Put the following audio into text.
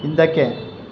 ಹಿಂದಕ್ಕೆ